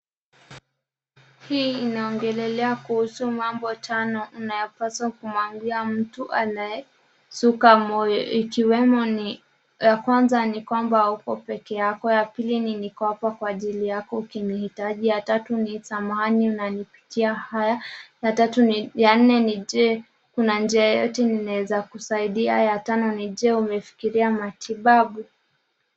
Hii inaongelelea kuhusu mambo tano unayopaswa kumwambia mtu anayeshuka moyo ikiwemo ni ya kwanza ni kwamba hauko pekee yako, ya pili ni niko hapa kwa ajili yako ukinihitaji, ya tatu ni samahani unaipitia haya, ya nne ni je kuna njia yoyote ninaeza kusaidia , ya tano ni je umefikiria matibabu.